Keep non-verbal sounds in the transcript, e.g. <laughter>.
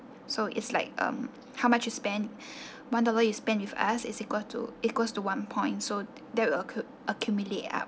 so it's like um how much you spend <breath> one dollar you spend with us it's equal to equals to one point so that will accu~ accumulate up